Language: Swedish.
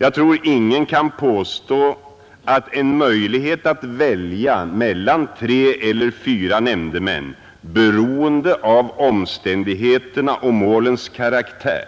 Jag tror ingen kan påstå att en möjlighet att välja mellan tre och fyra nämndemän, beroende på omständigheterna och målens karaktär,